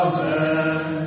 Amen